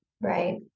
Right